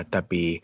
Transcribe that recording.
Tapi